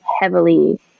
heavily